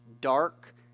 dark